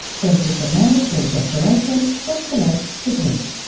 then tick the mandatory declaration and select submit.